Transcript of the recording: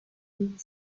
huit